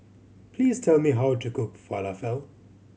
please tell me how to cook Falafel